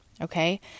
okay